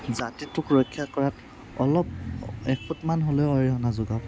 জাতিটোক ৰক্ষা কৰাত অলপ এখুটমান হ'লেও অৰিহনা যোগাৱক